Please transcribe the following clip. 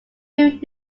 moved